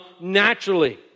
naturally